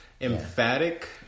emphatic